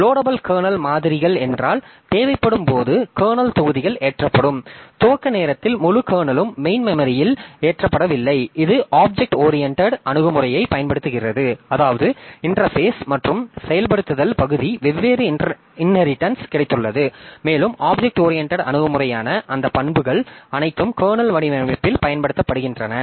loadable kernel மாதிரிகள் என்றால் தேவைப்படும் போது கர்னல் தொகுதிகள் ஏற்றப்படும் துவக்க நேரத்தில் முழு கர்னலும் மெயின் மெமரியில் ஏற்றப்படவில்லை இது ஆப்ஜெக்ட் ஓரியண்டட் அணுகுமுறையைப் பயன்படுத்துகிறது அதாவது இன்டெர்பேஸ் மற்றும் செயல்படுத்தல் பகுதி வெவ்வேறு இன்னரிட்டன்ஸ் கிடைத்துள்ளது மேலும் ஆப்ஜெக்ட் ஓரியண்டட் அணுகுமுறையான அந்த பண்புகள் அனைத்தும் கர்னல் வடிவமைப்பில் பயன்படுத்தப்படுகின்றன